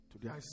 today